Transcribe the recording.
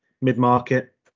mid-market